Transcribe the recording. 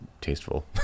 tasteful